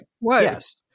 Yes